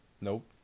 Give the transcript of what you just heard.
Nope